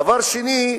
דבר שני,